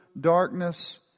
Darkness